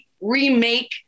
remake